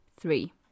three